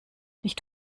nicht